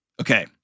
Okay